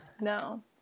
No